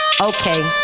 Okay